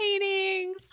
paintings